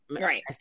Right